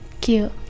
cute